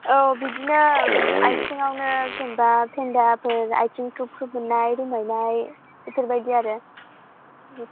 औ बिदिनो आथिङावनो जेनेबा फेन्दाफोर आथिं ख्रुब ख्रुब मोननाय रुवायनाय बेफोरबायदि आरो बे